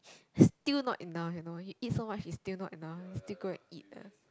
still not enough you know he eat so much he still not enough he still go and eat eh